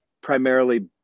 primarily